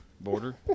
Border